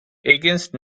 against